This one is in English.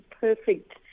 perfect